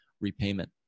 repayment